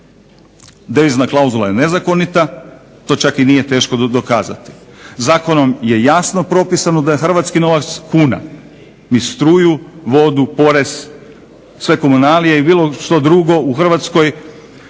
Devizna klauzula je nezakonita. To čak i nije teško dokazati. Zakonom je jasno propisano da je hrvatski novac kuna. Mi struju, vodu, porez, sve komunalije i bilo što drugo u Hrvatskoj